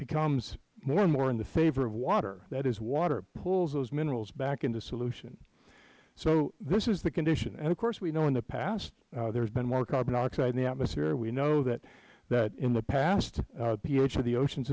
becomes more and more in the favor of water that is water pulls those minerals back into solution so this is the condition and of course we know in the past there has been more carbon dioxide in the atmosphere we know that in the past the ph of the oceans